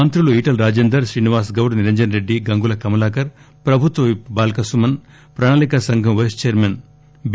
మంత్రులు ఈటెల రాజేందర్ శ్రీనివాస్ గౌడ్ నిరంజన్రెడ్డి గంగుల కమలాకర్ ప్రభుత్వ విప్ బాల్క సుమన్ ప్రణాళిక సంఘం వైస్చైర్కన్ బి